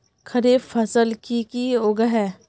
खरीफ फसल की की उगैहे?